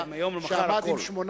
משנה מהיום למחר הכול.